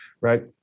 right